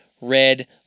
red